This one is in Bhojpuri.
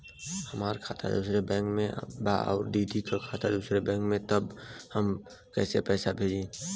हमार खाता दूसरे बैंक में बा अउर दीदी का खाता दूसरे बैंक में बा तब हम कैसे पैसा भेजी?